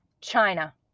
China